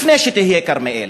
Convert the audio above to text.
לפני שהייתה כרמיאל.